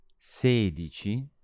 sedici